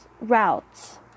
routes